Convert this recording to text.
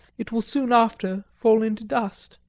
it will soon after fall into dust.